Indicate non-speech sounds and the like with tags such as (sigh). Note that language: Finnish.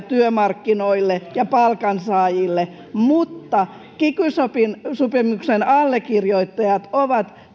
(unintelligible) työmarkkinoille ja palkansaajille mutta kiky sopimuksen allekirjoittajat ovat